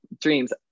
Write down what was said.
dreams